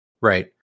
right